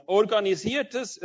organisiertes